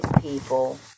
people